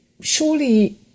surely